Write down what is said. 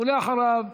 ואחריו,